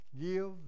give